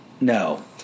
No